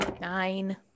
Nine